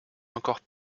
encore